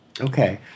Okay